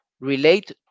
relate